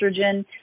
estrogen